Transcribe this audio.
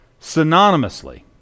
synonymously